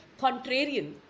contrarian